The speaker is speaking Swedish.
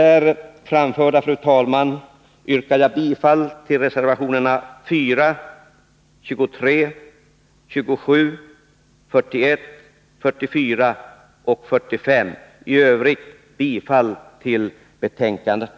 Med det anförda yrkar jag bifall till reservationerna 4, 23, 27, 41, 44 och 45 samt i övrigt bifall till utskottets hemställan.